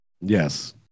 Yes